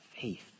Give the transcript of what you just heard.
faith